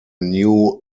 new